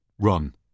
Run